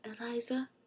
Eliza